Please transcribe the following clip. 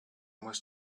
muss